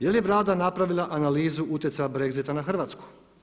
Je li Vlada napravila analizu utjecaja Brexita na Hrvatsku?